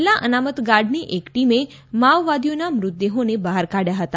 જિલ્લા અનામત ગાર્ડની એક ટીમે માઓવાદીઓના મૃતદેહોને બહાર કાઢ્યા હતા